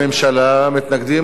מתנגדים לכיבוש,